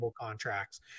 contracts